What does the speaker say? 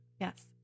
Yes